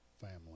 family